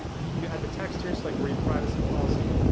you add the text here, it's like read privacy policy.